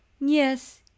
yes